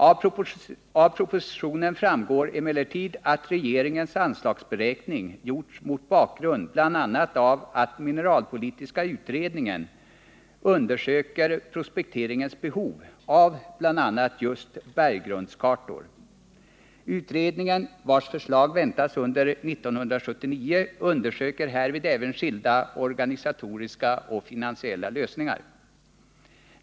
Av propositionen framgår emellertid att regeringens anslagsberäkning gjorts mot bakgrund bl.a. av att mineralpolitiska utredningen undersöker prospekteringens behov av bl.a. just berggrundskartor. Utredningen, vars förslag väntas under 1979, undersöker härvid även skilda organisatoriska och finansiella lösningar.